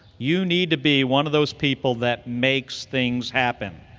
you need to be one of those people that makes things happen.